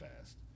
fast